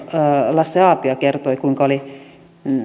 lasse aapio kertoi kuinka oli